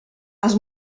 els